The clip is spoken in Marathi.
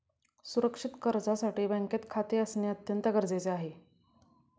सुरक्षित कर्जासाठी बँकेत खाते असणे अत्यंत गरजेचे आहे